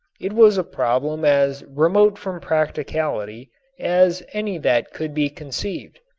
it was a problem as remote from practicality as any that could be conceived.